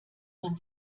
man